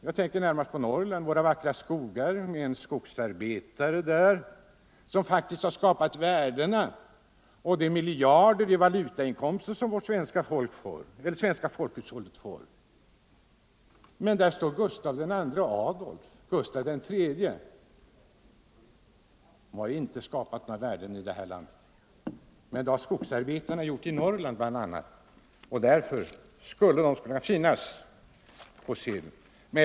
Jag tänker närmast på Norrland med dess vackra skogar och en bild på en skogsarbetare, som faktiskt har skapat de värden, de miljarder i valutainkomster, som svenska folkhushållet får. Men vi har Gustav II Adolf och Gustav III. De har inte skapat några värden i det här landet, vilket skogsarbetarna gjort, bl.a. i Norrland, och därför skulle deras bild kunna finnas på en sedel.